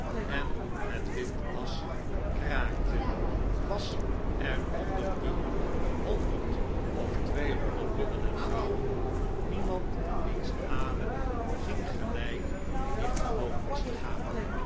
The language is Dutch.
en het windas kraakte was er onder die honderd of tweehonderd mannen en vrouwen niemand wiens adem ging gelijk die gewoon was te gaan